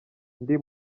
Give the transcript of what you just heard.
ndi